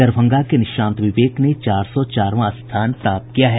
दरभंगा के निशांत विवेक ने चार सौ चारवां स्थान प्राप्त किया है